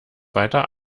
weiter